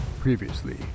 Previously